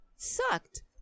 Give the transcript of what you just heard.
sucked